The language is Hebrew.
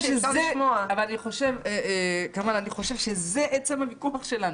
כמאל, אני ח ושב שזה עצם הוויכוח שלנו,